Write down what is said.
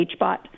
HBOT